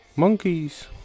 Monkeys